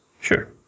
Sure